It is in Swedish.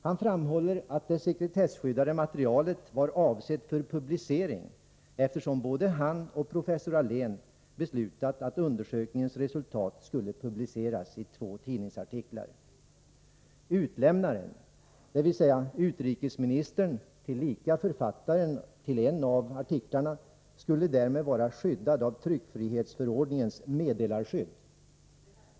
Han framhåller att det sekretesskyddade materialet var avsett för publicering, eftersom både han och professor Allén beslutat att undersökningens resultat skulle publiceras i två tidningsartiklar. Utlämnaren, dvs. utrikesministern och tillika författaren till en av artiklarna, skulle därmed vara skyddad av tryckfrihetsförordningens meddelarskydd.